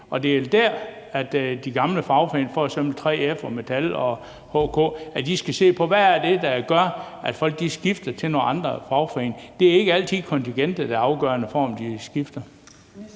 og det er der, hvor de gamle fagforeninger, f.eks. 3F, Dansk Metal og HK, skal se på: Hvad er det, der gør, at folk skifter til nogle andre fagforeninger? Det er ikke altid kontingentet, der er afgørende for, om de skifter.